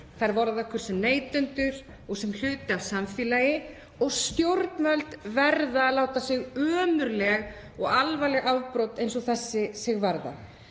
Þær varða okkur sem neytendur og sem hluti af samfélagi. Stjórnvöld verða að láta ömurleg og alvarleg afbrot eins og þessi sig varða.